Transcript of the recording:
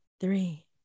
three